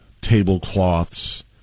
tablecloths